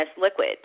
liquid